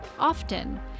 often